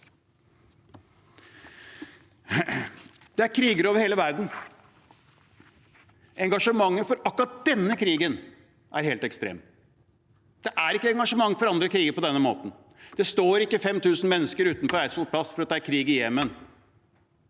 Det er kriger over hele verden. Engasjementet for akkurat denne krigen er helt ekstremt. Det er ikke et engasjement for andre kriger på denne måten. Det står ikke 5 000 mennesker på Eidsvolls plass fordi det er krig i Jemen.